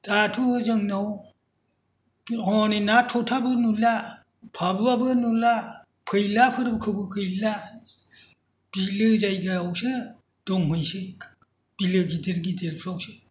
दाथ' जोंनाव हनै ना थथाबो नुला फाबुआबो नुला फैलाफोरखौबो गैला बिलो जायगायावसो दंहैसै बिलो गिदिर गिदिरफोरावसो